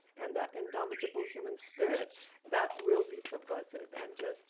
and that indomitable human spirit that will be subversive and just